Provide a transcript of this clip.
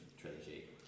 trilogy